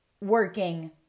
working